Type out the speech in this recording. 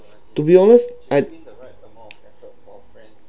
to be honest I